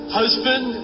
husband